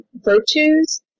virtues